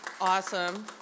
awesome